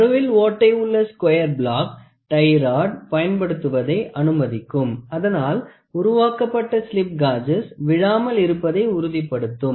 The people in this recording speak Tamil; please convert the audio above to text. நடுவில் ஓட்டை உள்ள ஸ்கொயர் பிளாக் டய் ராட் பயன்படுத்துவதை அனுமதிக்கும் அதனால் உருவாக்கப்பட்ட ஸ்லிப் காஜஸ் விழாமல் இருப்பதை உறுதிப்படுத்தும்